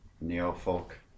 neo-folk